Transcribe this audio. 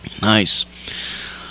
Nice